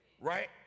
right